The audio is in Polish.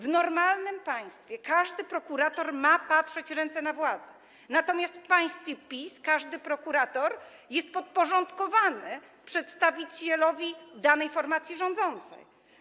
W normalnym państwie każdy prokurator ma patrzeć na ręce władzy, natomiast w państwie PiS każdy prokurator jest podporządkowany przedstawicielowi danej formacji rządzącej.